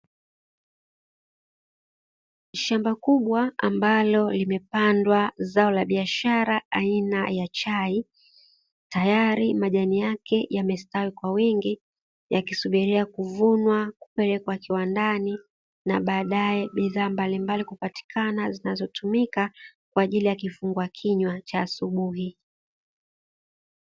Shamba kubwa ambalo limepandwa zao la biashara aina ya chai tayari majani yake yamestawi kwa wengi yakisubiria kuvunwa kupelekwa kiwandani na baadaye bidhaa mbalimbali kupatikana zinazotumika kwa ajili ya kifungua kinywa cha asubuhi.